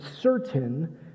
certain